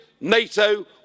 NATO